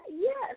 yes